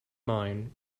mind